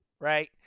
right